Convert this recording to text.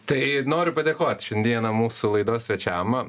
tai noriu padėkot šiandieną mūsų laidos svečiam